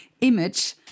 image